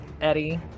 Eddie